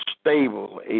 stable